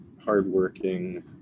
hardworking